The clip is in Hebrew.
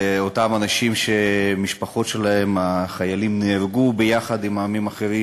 לאותם אנשים שבמשפחות שלהם היו חיילים שנהרגו ביחד עם העמים האחרים.